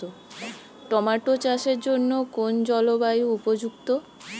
Tomato চাষের জন্য কোন জলবায়ু উপযুক্ত?